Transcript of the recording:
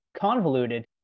convoluted